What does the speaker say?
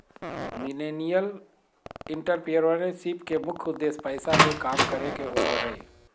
millennial entrepreneurship के मुख्य उद्देश्य पैसा ले काम करे के होबो हय